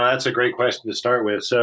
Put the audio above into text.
that's a great question to start with. so